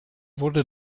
wurde